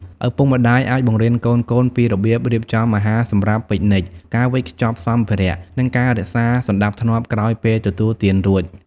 ឪពុកម្តាយអាចបង្រៀនកូនៗពីរបៀបរៀបចំអាហារសម្រាប់ពិកនិច ការវេចខ្ចប់សម្ភារៈ និងការរក្សាសណ្តាប់ធ្នាប់ក្រោយពេលទទួលទានរួច។